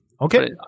okay